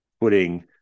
putting